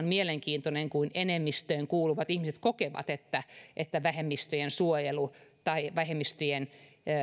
mielenkiintoinen kun enemmistöön kuuluvat ihmiset kokevat että että vähemmistöjen suojelu tai